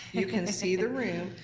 you can see the room,